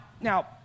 Now